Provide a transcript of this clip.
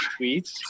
tweets